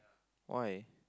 why